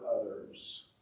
others